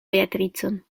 beatricon